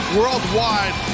worldwide